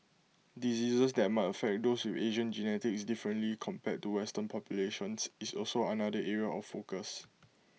diseases that might affect those with Asian genetics differently compared to western populations is also another area of focus